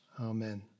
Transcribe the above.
Amen